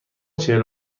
چهل